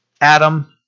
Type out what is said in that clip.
Adam